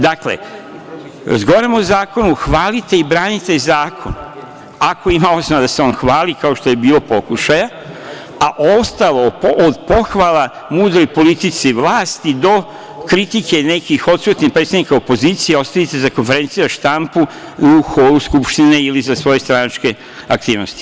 Dakle, razgovaramo o zakonu, hvalite i branite zakon, ako ima osnova da se on hvali, kao što je bilo pokušaja, a ostalo od pohvala o mudroj politici vlasti do kritike nekih odsutnih predstavnika opozicije ostavite za konferencije za štampu u holu Skupštine ili za svoje stranačke aktivnosti.